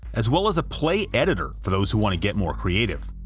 as well as a play editor for those who want to get more creative.